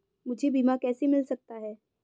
मुझे बीमा कैसे मिल सकता है?